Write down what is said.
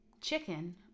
Chicken